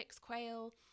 quail